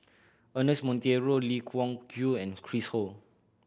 Ernest Monteiro Lee Wung Yew and Chris Ho